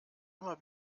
immer